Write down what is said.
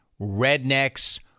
rednecks